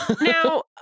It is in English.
Now